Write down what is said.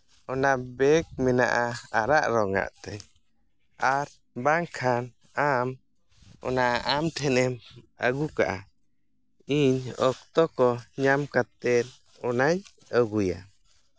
ᱚᱱᱟ ᱵᱮᱜᱽ ᱢᱮᱱᱟᱜᱼᱟ ᱟᱨᱟᱜ ᱨᱚᱝ ᱟᱜ ᱛᱮ ᱟᱨ ᱵᱟᱝᱠᱷᱟᱱ ᱟᱢ ᱚᱱᱟ ᱟᱢ ᱴᱷᱮᱱᱮᱢ ᱟᱹᱜᱩ ᱠᱟᱜᱼᱟ ᱤᱧ ᱚᱠᱛᱚ ᱠᱚ ᱧᱟᱢ ᱠᱟᱛᱮᱫ ᱚᱱᱟᱧ ᱟᱹᱜᱩᱭᱟ